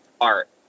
art